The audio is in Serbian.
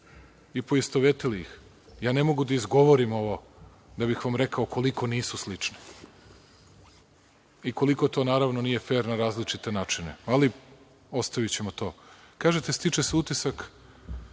i poistovetili ih. Ja ne mogu da izgovorim ovo da bih vam rekao koliko nisu slične i koliko to naravno nije fer na različite načine. Ali, ostavićemo to. Kažete - stiče se utisak